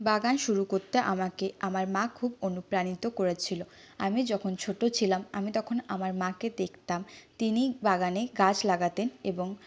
বাগান শুরু করতে আমাকে আমার মা খুব অনুপ্রাণিত করেছিলো আমি যখন ছোটো ছিলাম আমি তখন আমার মাকে দেখতাম তিনি বাগানে গাছ লাগাতেন এবং